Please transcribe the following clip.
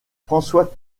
françois